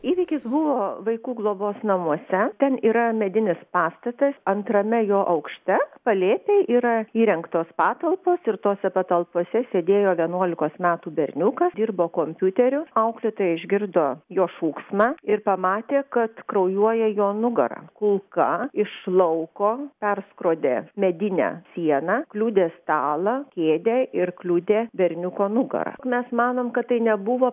įvykis buvo vaikų globos namuose ten yra medinis pastatas antrame jo aukšte palėpėj yra įrengtos patalpos ir tose patalpose sėdėjo vienuolikos metų berniukas dirbo kompiuteriu auklėtoja išgirdo jo šūksmą ir pamatė kad kraujuoja jo nugara kulka iš lauko perskrodė medinę sieną kliudė stalą kėdę ir kliudė berniuko nugarą mes manom kad tai nebuvo